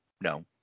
no